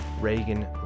Reagan